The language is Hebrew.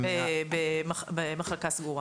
לאשפוז במחלקה סגורה?